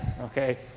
okay